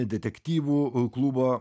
detektyvų klubo